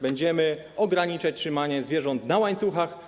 Będziemy ograniczać trzymanie zwierząt na łańcuchach.